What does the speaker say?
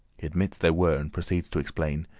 admits there were and proceeds to explain,